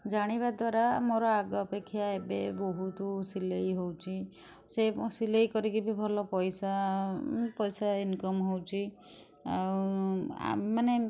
ଜାଣିବା ଦ୍ୱାରା ମୋର ଆଗ ଅପେକ୍ଷା ଏବେ ବହୁତ ସିଲେଇ ହେଉଛି ସେ ମୋ କରିକି ବି ଭଲ ପଇସା ପଇସା ଇନକମମ୍ ହେଉଛି ଆଉ ଆ ମାନେ